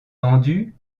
vendue